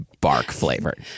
bark-flavored